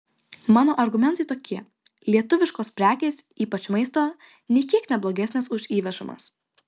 mano argumentai tokie lietuviškos prekės ypač maisto nė kiek ne blogesnės už įvežamas